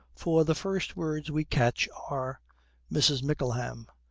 for the first words we catch are mrs. mickleham.